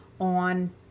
on